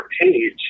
page